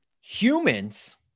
Humans